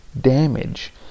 damage